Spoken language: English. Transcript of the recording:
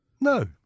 No